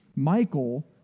Michael